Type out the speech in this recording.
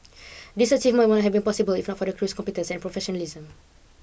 These achievements would not have possible if not for the crew's competence and professionalism